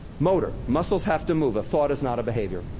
motor. muscles have to move. a thought is not a behavior.